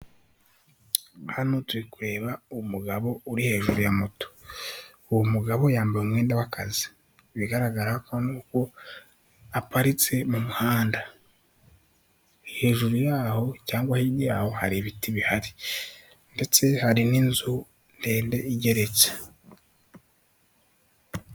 Hano turi kureba umugabo uri hejuru ya moto, uwo mugabo yambaye umwenda w'akazi, ibigaragara ko nuko aparitse mu muhanda, hejuru yaho cyangwa hirya yaho hari ibiti bihari ndetse hari n'inzu ndende igeretse.